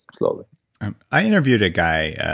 slowly i interviewed a guy,